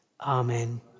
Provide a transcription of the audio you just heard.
Amen